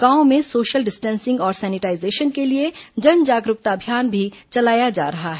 गांवों में social distancing और सैनिटाईजेशन के लिए जन जागरूकता अभियान भी चलाया जा रहा है